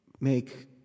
make